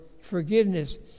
forgiveness